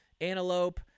antelope